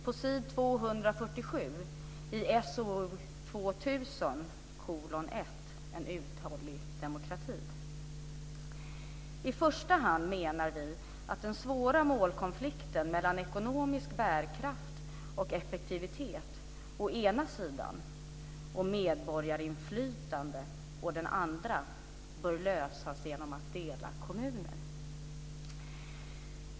På s. 247 i SOU "I första hand menar vi att den svåra målkonflikten mellan ekonomisk bärkraft och effektivitet å ena sidan och medborgarinflytande å den andra bör lösas genom att dela kommuner."